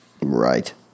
Right